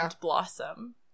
Blossom